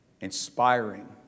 inspiring